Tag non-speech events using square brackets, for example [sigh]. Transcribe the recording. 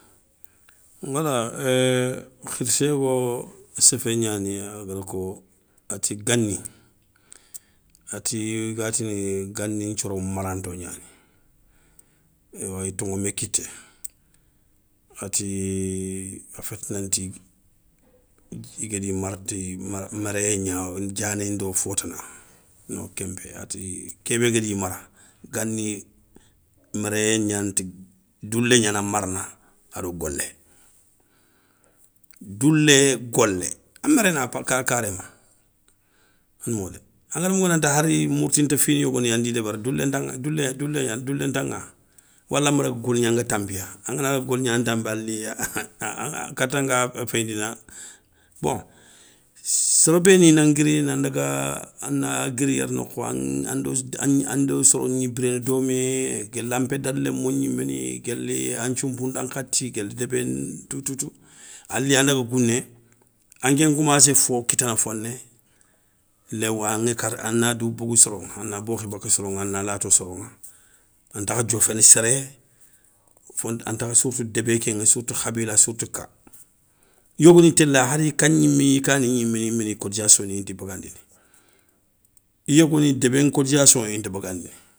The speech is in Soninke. Wala [hesitation] khirssé yogo séfé gnani a gada ko ati gani, ati iga tini gani nthioro maranto gnani, éywa i toŋo mé kité ati a féti nanti i gadi mara ti méréyé gna diané ndo fotana, no kénpé ati kébé gadi mara gani méréyé gnanta doulé gnana marana ado golé. Doulé, golé a méréna karéma, anamougou dé angada mougou hari mourtinta fini yogoni andi ndébéri doulé nta ŋa wala ma daga goligna anga tanpiya angana daga goligna anga tanpi aliya, kata nga féyindini an, bon séré béni nan guiri nan daga a na guiri yéré nokho ando soro gni biréné domé, guéla npéda lémo gniméni, guéli a nthiounpou nda nkhati, guéli débé toutoutou. Ali an daga gouné anké koumassé fo kitana foné, léwou a ŋécarté a na dou bogou soroŋa, a na bokhi baka soroŋa a na lato soroŋa antakha dioféné séré, font antakha sirtou débé kéŋa sirtou khabila sirtou ka. Yogoni téla hari ka gnimé i kani gniméni cotisatio ni inta bagandini. Yogoni débé ncotisation inta bagandini.